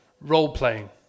Role-playing